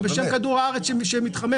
ובשם כדור הארץ שמתחמם.